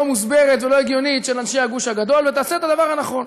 מוסברת ולא הגיונית של אנשי הגוש הגדול ותעשה את הדבר הנכון.